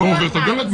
ואתה לא עובר את הדלת.